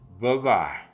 Bye-bye